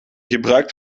gebruikt